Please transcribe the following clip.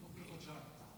בעוד כחודשיים.